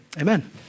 Amen